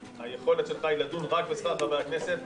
שהיכולת שלך היא לדון רק בשכר חברי הכנסת.